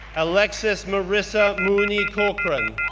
alexis marissa mooney corcoran,